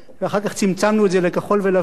ואחר כך צמצמנו את זה לכחול ולבן,